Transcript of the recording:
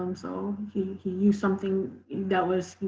um so he he used something that was